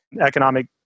economic